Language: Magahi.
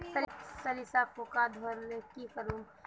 सरिसा पूका धोर ले की करूम?